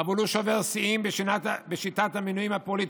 אבל הוא שובר שיאים בשיטת המינויים הפוליטיים: